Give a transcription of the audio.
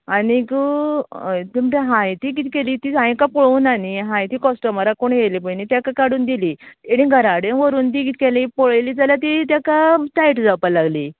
आनीक हय पूण तें हायटीन कितें केली तीं हायेन तुका पळोवना न्ही हांयेन ती कस्टमराक कोणी येयल्लें न्ही तेका काडून दिली तेणे घराडे व्होरून ती कित केली पळयली जाल्यार ती तेका टायट जावपा लागली